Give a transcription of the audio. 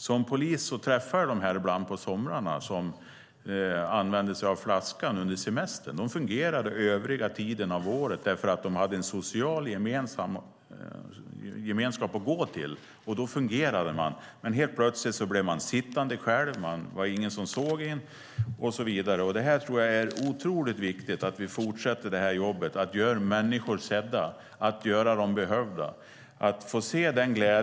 Som polis träffade jag ibland under somrarna dem som använde sig av flaskan under semestern. De fungerade övriga tiden av året därför att de hade en social gemenskap att gå till, och då fungerar man. Men helt plötsligt blir man sittande själv, det är ingen som ser en och så vidare. Jag tror att det är otroligt viktigt att vi fortsätter arbetet med att göra människor sedda och behövda. Det är en glädje att få se dem.